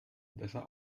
besser